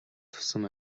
тусам